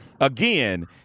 again